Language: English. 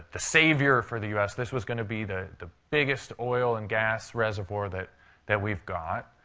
the savior for the u s. this was going to be the the biggest oil and gas reservoir that that we've got.